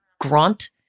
grunt